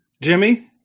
Jimmy